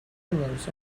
pillows